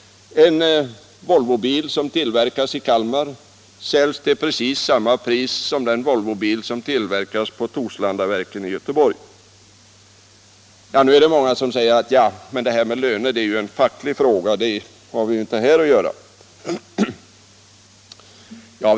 En Volvobil som tillverkas i Kalmar säljs till precis samma pris som den Volvobil som har tillverkats på Torslandaverken i Göteborg. Många säger då: Ja, men detta med löner är ju en facklig fråga, den har vi inte att göra med här.